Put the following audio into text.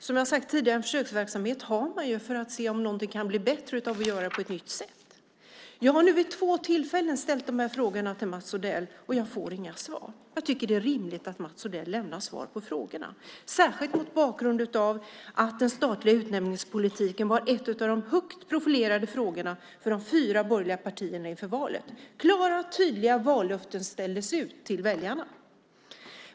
Som jag har sagt tidigare har man ju en försöksverksamhet för att se om något kan bli bättre av att man gör det på ett nytt sätt. Jag har nu vid två tillfällen ställt de här frågorna till Mats Odell, och jag får inga svar. Jag tycker att det är rimligt att Mats Odell lämnar svar på frågorna, särskilt mot bakgrund av att den statliga utnämningspolitiken var en av de högt profilerade frågorna för de fyra borgerliga partierna inför valet. Klara tydliga vallöften ställdes ut till väljarna.